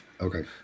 Okay